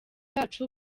bacu